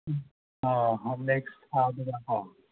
ꯍꯣꯏ ꯅꯦꯛꯁ ꯊꯥꯗꯨꯗ ꯀꯣ